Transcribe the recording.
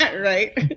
Right